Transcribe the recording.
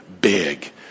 big